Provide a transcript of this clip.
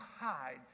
hide